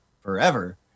forever